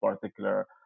particular